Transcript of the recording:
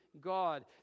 God